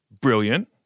brilliant